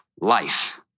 life